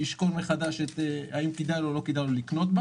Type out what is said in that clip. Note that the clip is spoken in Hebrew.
ישקול מחדש האם כדאי לו או לא לקנות בה